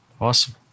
awesome